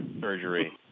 surgery